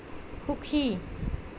সুখী